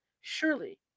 surely